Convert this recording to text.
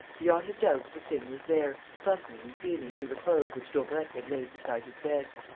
beyond a doubt, the thing was there, fumbling and feeling through the clothes which daubrecq had laid beside his bed.